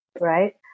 right